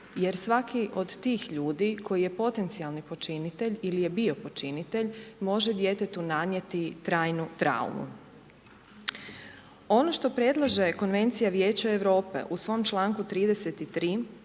jer svaki od tih ljudi koji je potencijalni počinitelj ili je bio počinitelj, može djetetu nanijeti trajnu traumu. Ono što predlaže Konvencija vijeća Europe u svom članku 33.